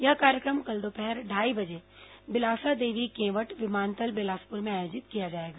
यह कार्यक्रम कल दोपहर ढाई बजे बिलासा देवी केंवट विमानतल बिलासपुर में आयोजित किया जाएगा